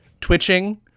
Twitching